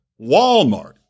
Walmart